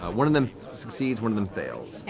ah one of them succeeds, one of them fails.